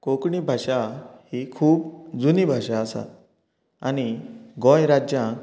कोंकणी भाशा ही खूब जुनी भाशा आसा आनी गोंय राज्याक